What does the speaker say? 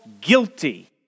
guilty